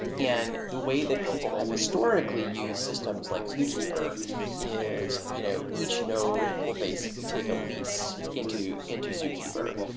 and the way that people have historically used systems like zookeeper is you know each node will basically take a lease into into zookeeper,